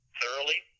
thoroughly